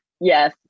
Yes